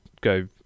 go